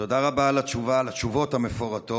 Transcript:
תודה רבה על התשובה, על התשובות המפורטות.